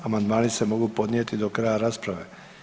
Amandmani se mogu podnijeti do kraja rasprave.